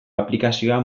aplikazioa